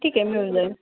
ठीक आहे मिळून जाईल